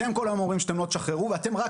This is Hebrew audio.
אתם כול היום אומרים שלא תשחררו ואתם רק